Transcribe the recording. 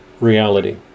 reality